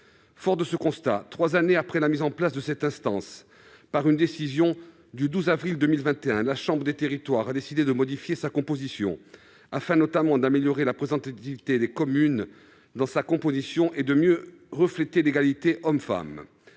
Forte de ce constat, trois années après la mise en place de cette instance, par une décision du 12 avril 2021, la chambre des territoires a décidé de modifier sa composition, notamment afin d'améliorer la représentativité des communes et de mieux refléter l'égalité entre les